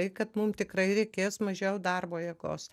tai kad mum tikrai reikės mažiau darbo jėgos